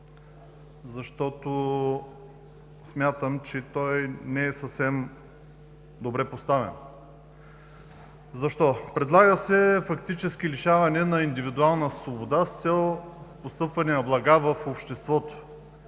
защото, смятам, че той не е съвсем добре поставен. Защо? Предлага се фактически лишаване от индивидуална свобода с цел постъпване на блага в обществото,